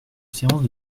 séance